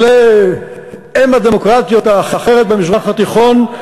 ולאם הדמוקרטיות האחרת במזרח התיכון,